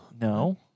No